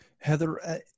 Heather